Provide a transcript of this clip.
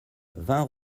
vingt